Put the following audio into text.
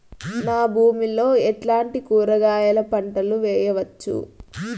నా భూమి లో ఎట్లాంటి కూరగాయల పంటలు వేయవచ్చు?